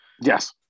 Yes